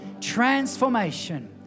Transformation